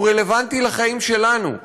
הוא רלוונטי לחיים שלנו,